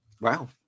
wow